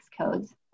codes